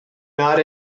not